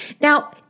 Now